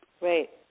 Right